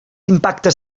impactes